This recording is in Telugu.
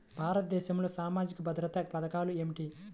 భారతదేశంలో సామాజిక భద్రతా పథకాలు ఏమిటీ?